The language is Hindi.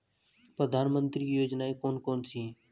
प्रधानमंत्री की योजनाएं कौन कौन सी हैं?